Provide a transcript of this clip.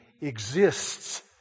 exists